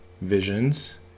visions